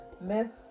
Miss